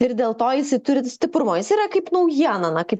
ir dėl to jisai turi to stiprumo jis yra kaip naujiena na kaip